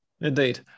Indeed